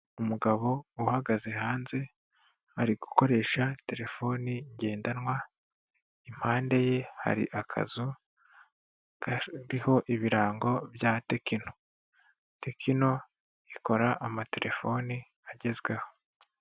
Umugabo uhagaze hanze ari gukoresha telefone ngendanwa, impande ye hari akazu kariho ibirango bya Tekno, Tekno ikora amatelefoni agezweho.